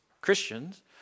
Christians